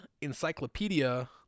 Encyclopedia